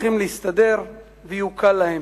הולכים להסתדר ויוקל להם.